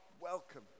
welcome